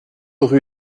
rue